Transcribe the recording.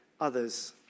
others